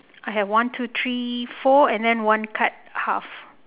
I have one two three four and then one cut half